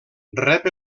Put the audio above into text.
rep